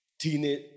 teenage